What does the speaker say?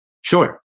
Sure